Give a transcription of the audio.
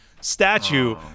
statue